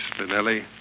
Spinelli